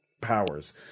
powers